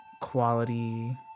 quality